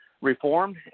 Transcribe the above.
reformed